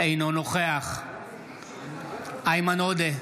אינו נוכח איימן עודה,